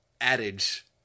adage